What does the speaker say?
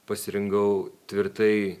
pasirinkau tvirtai